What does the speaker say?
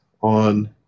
on